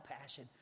passion